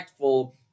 impactful